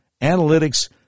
analytics